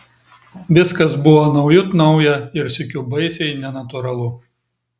viskas buvo naujut nauja ir sykiu baisiai nenatūralu